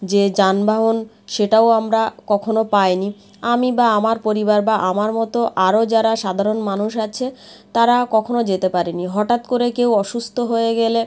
যে যানবাহন সেটাও আমরা কখনো পায়নি আমি বা আমার পরিবার বা আমার মতো আরও যারা সাধারণ মানুষ আছে তারা কখনো যেতে পারেনি হটাৎ করে কেউ অসুস্ত হয়ে গেলে